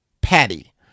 Patty